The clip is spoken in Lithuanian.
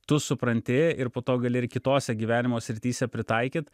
tu supranti ir po to gali ir kitose gyvenimo srityse pritaikyt